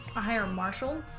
a higher marshall